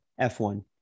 F1